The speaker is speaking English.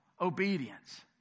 obedience